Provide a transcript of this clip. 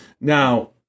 Now